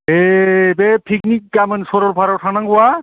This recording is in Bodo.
ओइ बे पिकनिक गाबोन सरलपारायाव थांनांगौआ